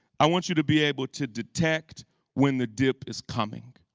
i want you to be able to detect when the dip is coming,